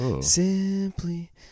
simply